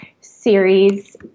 series